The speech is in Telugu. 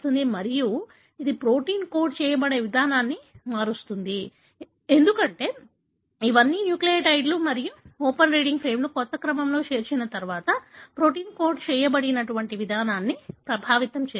మళ్ళీ ఇది ప్రోటీన్ కోడ్ చేయబడే విధానాన్ని మారుస్తుంది ఎందుకంటే ఇవన్నీ న్యూక్లియోటైడ్లు మరియు ఓపెన్ రీడింగ్ ఫ్రేమ్ను క్రొత్త క్రమంలో చేర్చిన తర్వాత ప్రోటీన్ కోడ్ చేయబడిన విధానాన్ని ప్రభావితం చేస్తుంది